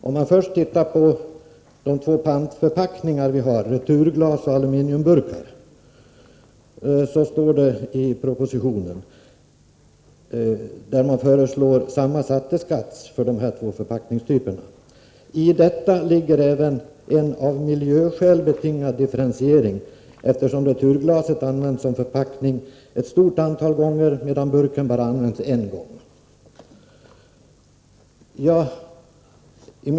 När det gäller de två slagen av pantförpackningar — returglas och aluminiumburkar — föreslås i propositionen samma skattesats för dessa två förpackningstyper, och det anförs: I detta ligger även en av miljöskäl betingad differentiering, eftersom returglaset används som förpackning ett stort antal gånger, medan burken bara används en gång.